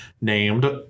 named